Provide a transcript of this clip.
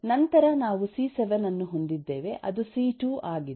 ನಂತರ ನಾವು ಸಿ7 ಅನ್ನು ಹೊಂದಿದ್ದೇವೆ ಅದು ಸಿ2 ಆಗಿದೆ